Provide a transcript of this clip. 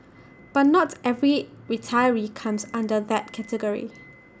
but not every retiree comes under that category